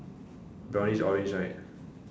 brownish orange right